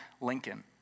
Lincoln